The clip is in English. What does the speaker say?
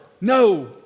No